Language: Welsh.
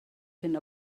hyn